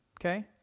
Okay